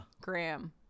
Graham